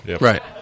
Right